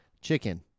chicken